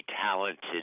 talented